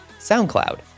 SoundCloud